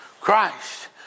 Christ